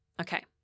Okay